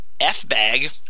F-bag